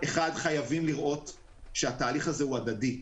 חייבים לראות שהתהליך הזה הוא הדדי,